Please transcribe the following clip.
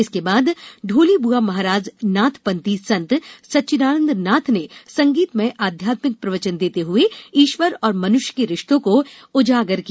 इसके बाद ढोलीबुआ महाराज नाथपंथी संत सच्चिदानंद नाथ ने संगीतमय आध्यात्मिक प्रवचन देते हुए ईश्वर और मनुष्य के रिश्तो को उजागर किया